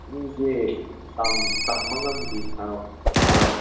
ꯃꯤꯁꯦ ꯇꯝꯕ ꯉꯝꯗꯦ ꯍꯥꯏꯔꯛꯑꯣ ꯍꯥꯏꯔꯛꯑꯣ